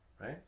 right